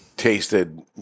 tasted